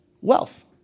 wealth